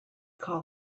call